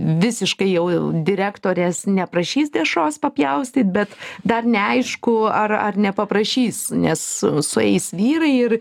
visiškai jau direktorės neprašys dešros papjaustyt bet dar neaišku ar ar nepaprašys nes sueis vyrai ir